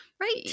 Right